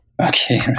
Okay